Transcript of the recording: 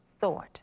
thought